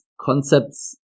concepts